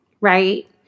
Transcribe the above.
right